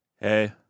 Hey